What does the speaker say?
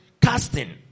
Casting